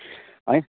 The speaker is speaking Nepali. है